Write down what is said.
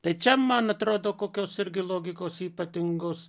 tai čia man atrodo kokios irgi logikos ypatingos